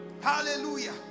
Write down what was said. hallelujah